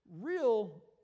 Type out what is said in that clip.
real